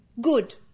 Good